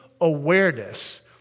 awareness